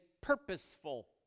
purposeful